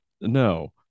no